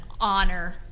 honor